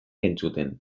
entzuten